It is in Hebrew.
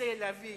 מנסה להביא